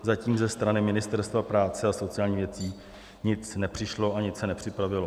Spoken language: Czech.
Zatím ze strany Ministerstva práce a sociálních věcí nic nepřišlo a nic se nepřipravilo.